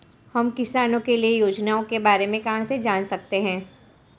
हम किसानों के लिए योजनाओं के बारे में कहाँ से जान सकते हैं?